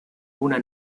una